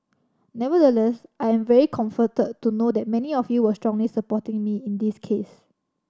nevertheless I am very comforted to know that many of you were strongly supporting me in this case